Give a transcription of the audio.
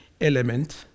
element